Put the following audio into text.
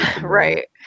right